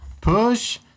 Push